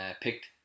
picked